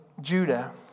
Judah